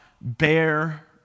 bear